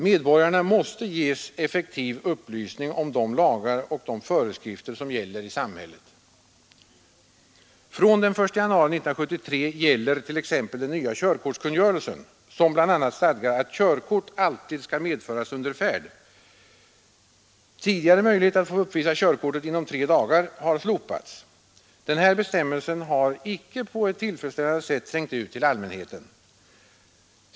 Medborgarna måste ges effektiv upplysning om de lagar och föreskrifter som gäller i samhället. Från den 1 januari 1973 gäller t.ex. den nya körkortskungörelsen, som bl.a. stadgar att körkort alltid skall medföras under färd. Tidigare möjligheter att få uppvisa körkortet inom tre dagar har slopats. Denna bestämmelse har icke på ett tillfredsställande sätt trängt ut till allmänheten.